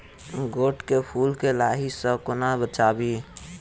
गोट केँ फुल केँ लाही सऽ कोना बचाबी?